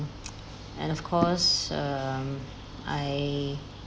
and of course um I